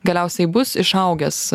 galiausiai bus išaugęs